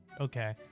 okay